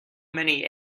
many